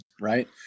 right